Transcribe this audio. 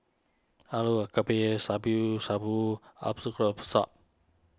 Alu Gobi Shabu Shabu